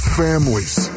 families